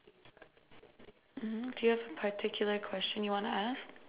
mm do you have a particular question you wanna ask